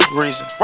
reason